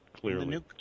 clearly